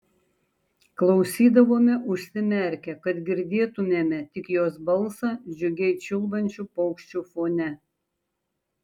klausydavome užsimerkę kad girdėtumėme tik jos balsą džiugiai čiulbančių paukščių fone